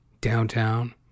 downtown